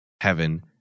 heaven